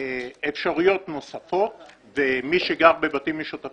אז אני מקלקל.